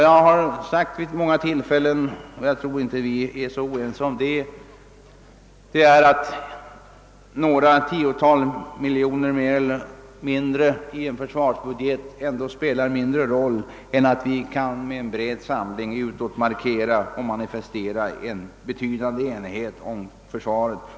Jag har vid många tillfällen sagt — och jag tror inte att vi är så oense om det — att några tiotal miljoner kronor mer eller mindre i en försvarsbudget spelar mindre roll än att vi med bred samling utåt kan manifestera en betydande enighet om försvaret.